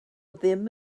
ddim